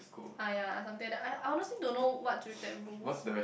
ah ya something like that I I honestly don't know what's with that rule